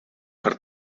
per